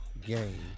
game